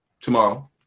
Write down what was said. Tomorrow